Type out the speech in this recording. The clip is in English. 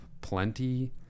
plenty